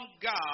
God